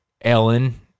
Ellen